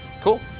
Cool